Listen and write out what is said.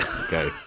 Okay